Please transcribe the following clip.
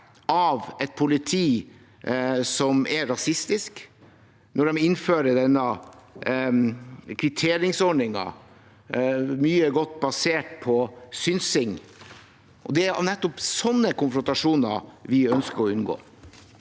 av et politi som er rasistisk, når de innfører denne kvitteringsordningen, mye godt basert på synsing. Det er nettopp sånne konfrontasjoner vi ønsker å unngå.